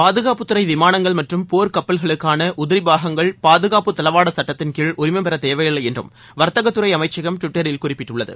பாதுகாப்பு துறை விமானங்கள் மற்றும் போர் கப்பல்களுக்கான உதிரி பாகங்கள் பாதுகாப்பு தளவாட சட்டத்தின் கீழ் உரிமம் பெற தேவையில்லை என்றும் வர்த்தகத்துறை அமைச்சகம் டுவிட்டரில் குறிப்பிட்டுள்ளது